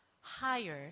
higher